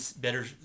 better